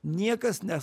niekas nes